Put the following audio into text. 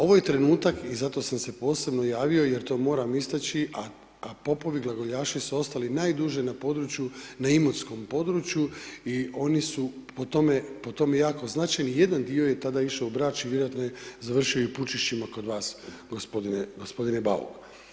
Ovo je trenutak i zato sam se posebno javio jer to moram istaći a popovi glagoljaši su ostali najduže na području, na imotskom području i oni su po tome jako značajni, jedan dio je tada išao u Brač i vjerojatno je završio i u Pučišćima kod vas, g. Bauk.